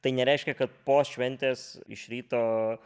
tai nereiškia kad po šventės iš ryto